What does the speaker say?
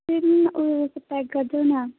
ऊ यो चाहिँ प्याक गरिदेऊ न